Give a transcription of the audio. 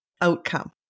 outcome